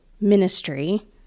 ministry